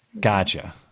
Gotcha